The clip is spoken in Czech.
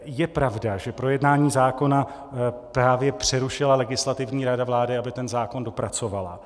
Je pravda, že projednání zákona právě přerušila Legislativní rada vlády, aby ten zákon dopracovala?